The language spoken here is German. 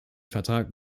vertrag